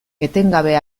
etengabe